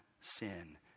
sin